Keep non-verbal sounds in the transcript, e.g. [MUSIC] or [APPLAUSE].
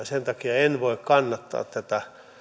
[UNINTELLIGIBLE] sen takia en voi kannattaa tätä